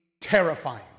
terrifying